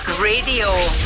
Radio